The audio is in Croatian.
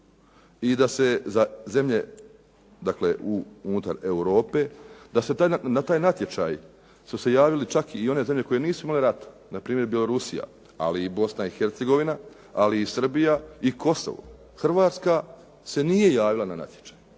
da se na taj natječaj su se javile čak i one zemlje koje nisu imale rata, na primjer Bjelorusija, ali i Bosna i Hercegovina, ali i Srbija i Kosovo. Hrvatska se nije javila na natječaj.